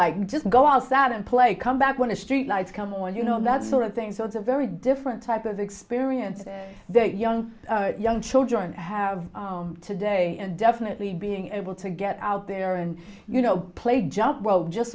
like just go outside and play come back when a street lights come on you know that sort of thing so it's a very different type of experience that young young children have today and definitely being able to get out there and you know play jump ro